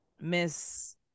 Miss